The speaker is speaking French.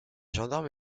gendarmes